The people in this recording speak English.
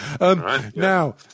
Now